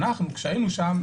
כשהיינו שם,